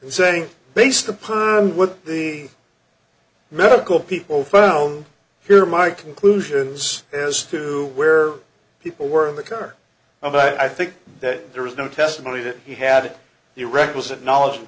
and saying based upon what the medical people phone here my conclusions is to where people were in the cover of i think that there was no testimony that he had the requisite knowledge and